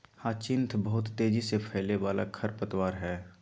hyacinth बहुत तेजी से फैलय वाला खरपतवार हइ